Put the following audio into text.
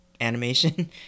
animation